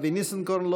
אבי ניסנקורן,